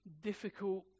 difficult